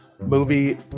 Movie